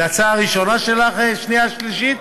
זו ההצעה הראשונה שלך לשנייה-שלישית?